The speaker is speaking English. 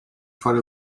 front